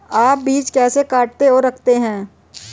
आप बीज कैसे काटते और रखते हैं?